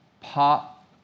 pop